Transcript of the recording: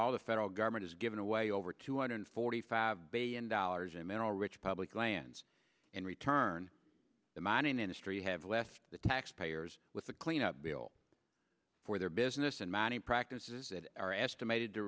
law the federal government is giving away over two hundred forty five billion dollars in mineral rich public lands in return the mining industry have left the taxpayers with the cleanup bill for their business and money practices that are estimated to